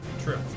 True